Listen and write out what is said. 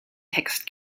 text